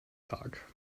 tag